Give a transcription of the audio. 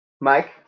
Mike